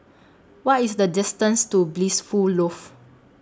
What IS The distance to Blissful Loft